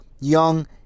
young